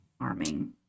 arming